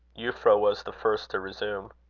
euphra was the first to resume.